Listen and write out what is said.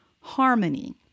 harmony